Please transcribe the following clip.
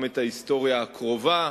גם את ההיסטוריה הקרובה,